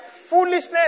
foolishness